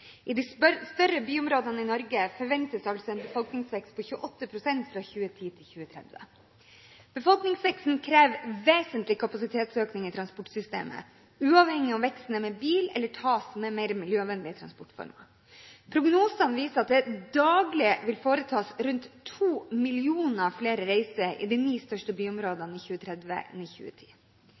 I de større byområdene i Norge forventes en befolkningsvekst på 28 pst. fra 2010 til 2030. Befolkningsveksten krever vesentlig kapasitetsøkning i transportsystemet, uavhengig av om veksten skjer med bil eller med mer miljøvennlige transportformer. Prognosene viser at det daglig vil foretas rundt to millioner flere reiser i de ni største byområdene i 2030 enn i 2010.